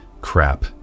crap